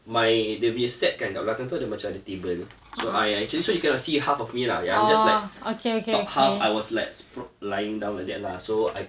my there will be a set kan kat belakang tu ada macam ada the table so I I actually so you cannot see half of me lah ya I'm just like top half I was like spr~ lying down like that lah so I